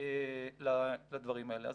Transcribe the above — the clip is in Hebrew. לדברים האלה.